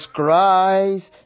Christ